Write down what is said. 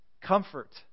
Comfort